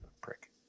prick